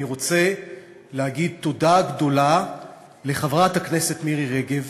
אני רוצה לומר תודה גדולה לחברת הכנסת מירי רגב,